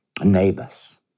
neighbors